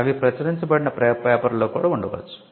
అవి ప్రచురించబడిన పేపర్లలో కూడా ఉండవచ్చు